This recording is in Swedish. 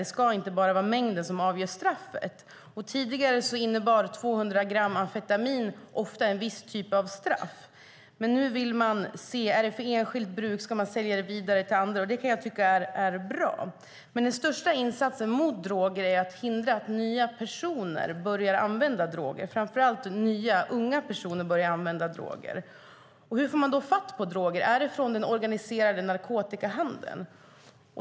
Det ska inte vara bara mängden som avgör straffet. Tidigare innebar 200 gram amfetamin ofta en viss typ av straff, men nu vill man se om det är för enskilt bruk eller om man ska sälja det vidare till andra, och det kan jag tycka är bra. Men den största insatsen mot droger är att hindra att nya personer börjar använda droger, framför allt att nya unga personer börjar använda droger. Hur får människor då fatt i droger? Är det genom den organiserade narkotikahandeln?